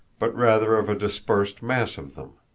but rather of a dispersed mass of them.